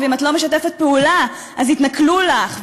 ואם את לא משתפת פעולה אז יתנכלו לך,